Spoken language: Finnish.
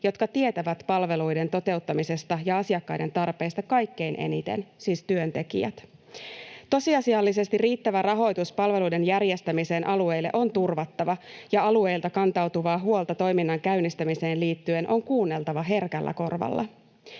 jotka tietävät palveluiden toteuttamisesta ja asiakkaiden tarpeista kaikkein eniten, siis työntekijät. Tosiasiallisesti riittävä rahoitus palveluiden järjestämiseen alueille on turvattava, ja alueilta kantautuvaa huolta toiminnan käynnistämiseen liittyen on kuunneltava herkällä korvalla.